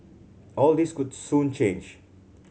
all this could soon change